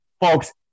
Folks